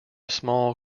small